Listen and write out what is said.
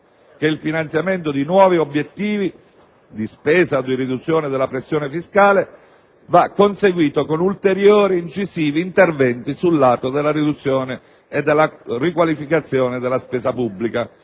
che il finanziamento di nuovi obiettivi, di spesa o di riduzione della pressione fiscale va conseguito con ulteriori incisivi interventi sul lato della riduzione e della qualificazione della spesa pubblica.